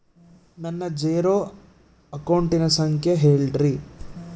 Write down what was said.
ನನ್ನ ಜೇರೊ ಅಕೌಂಟಿನ ಸಂಖ್ಯೆ ಹೇಳ್ರಿ?